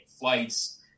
flights